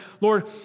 Lord